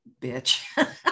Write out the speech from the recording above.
bitch